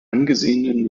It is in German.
angesehenen